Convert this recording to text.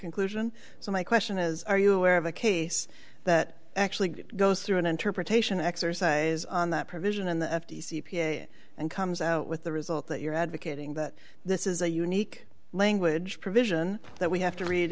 conclusion so my question is are you aware of a case that actually goes through an interpretation exercise on that provision and the f t c p a s and comes out with the result that you're advocating that this is a unique language provision that we have to read